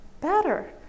better